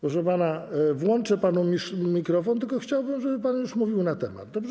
Proszę pana, włączę panu mikrofon, tylko chciałbym, żeby pan już mówił na temat, dobrze?